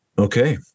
Okay